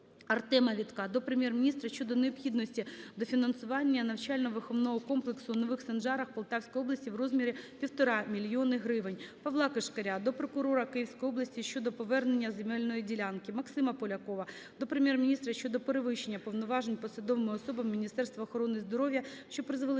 Артема Вітка до Прем'єр-міністра щодо необхідності дофінансування навчально-виховного комплексу у Нових Санжарах Полтавської області у розмірі 1,5 мільйони гривень. Павла Кишкаря до прокурора Київської області щодо повернення земельної ділянки. Максима Полякова до Прем'єр-міністра щодо перевищення повноважень посадовими особами Міністерства охорони здоров'я, що призвели